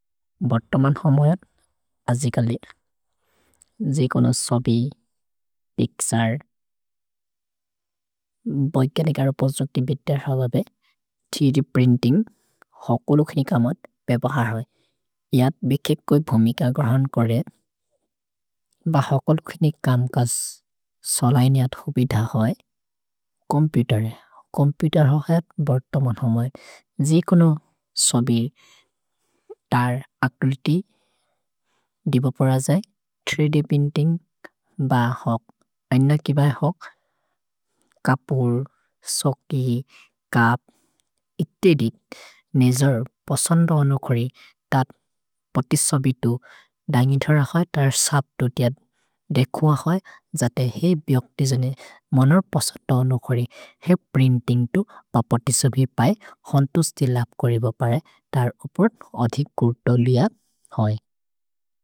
भोत्तमन् होमो यद्, अजि कलित्, जि कुनो सबि पिक्सर्, बोइकेले करो पोस्जोक्ति बित्तेर् हओ बे, तिरि प्रिन्तिन्ग्, होकुल् ख्निक मत् पेबो हा हए। यद् बिखे कोइ भुमिक ग्रहन् कोरे ब होकुल् ख्निक अम्कज् सलैन् यद् होबिध हए, कोम्पेतेर् हए, कोम्पेतेर् हा हए, बोत्तमन् होमो यद्। जि कुनो सबि तर् अक्रुति दिवपर् अजए, ३द् प्रिन्तिन्ग् ब होक्, ऐन किबै होक्, कपुल्, सोक्कि, कप्, इतिरि, नेजर्, पोसन्दो ओनो कोरि, तर् पोति सबि तु, दन्गिथर् अखए तर् सब् दोत् यद्, देकुअ हए, जते हे बिओक् तिजने, मोनर् पोसन्दो ओनो कोरि, हे प्रिन्तिन्ग् तो प पोति सबि पए, होन्तु स्ति लब् कोरे ब परे, तर् उपुत् अथि कुर्तो लिअद् हए।